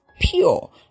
pure